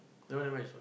no never mind it's